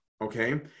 okay